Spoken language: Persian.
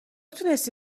تونستی